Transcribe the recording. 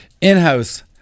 in-house